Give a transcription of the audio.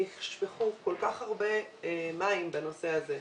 נשפכו כל כך הרבה מים בנושא הזה,